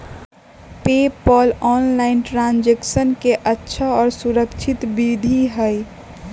PayPal online transaction के अच्छा और सुरक्षित विधि हई